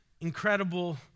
incredible